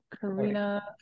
karina